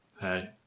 hey